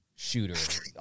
Shooter